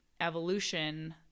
evolution